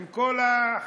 עם כל החפירות,